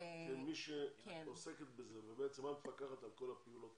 כמי שעוסקת בזה ובעצם את מפקחת על כל הפעולות